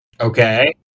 Okay